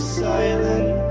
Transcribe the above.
silent